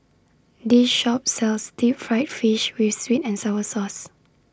This Shop sells Deep Fried Fish with Sweet and Sour Sauce